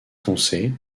foncé